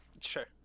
Sure